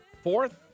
Fourth